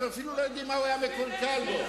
אתם אפילו לא יודעים מה היה מקולקל בו.